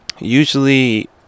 Usually